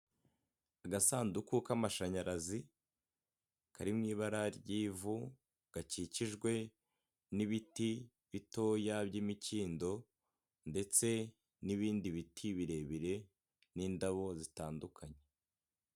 Agasanduku k'amashanyarazi, kari mu ibara ry'ivu, gakikijwe n'ibiti bitoya by'imikindo, ndetse n'ibindi biti birebire, n'indabo zitandukanye.